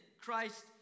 Christ